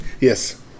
Yes